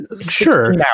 Sure